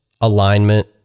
alignment